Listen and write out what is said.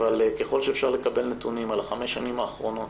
אבל ככל שאפשר לקבל נתונים על החמש שנים אחרונות,